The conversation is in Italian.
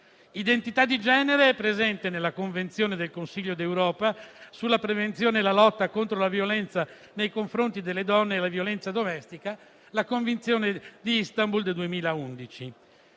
L'identità di genere è presente nella Convenzione del Consiglio d'Europa sulla prevenzione e la lotta contro la violenza nei confronti delle donne e la violenza domestica, la Convenzione di Istanbul del 2011.